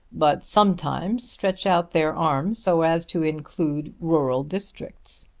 but sometimes stretch out their arms so as to include rural districts.